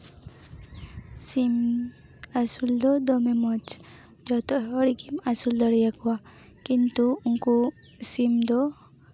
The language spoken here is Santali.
ᱥᱤᱢ ᱟᱹᱥᱩᱞ ᱫᱚ ᱫᱚᱢᱮ ᱢᱚᱡᱽ ᱡᱚᱛᱚ ᱦᱚᱲ ᱜᱮᱢ ᱟᱹᱥᱩᱞ ᱫᱟᱲᱮᱭᱟᱠᱚᱣᱟ ᱠᱤᱱᱛᱩ ᱩᱱᱠᱩ ᱥᱤᱢ ᱫᱚ